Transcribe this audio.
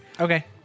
Okay